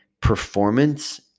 performance